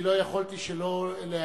לא יכולתי שלא להגיב.